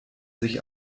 sich